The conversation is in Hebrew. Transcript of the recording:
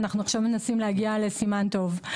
ואנחנו עכשיו מנסים להגיע לסימן טוב.